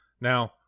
Now